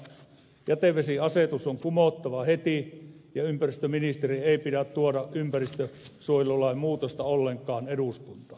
jätevesiasetus on kumottava heti ja ympäristöministerin ei pidä tuoda ympäristönsuojelulain muutosta ollenkaan eduskuntaan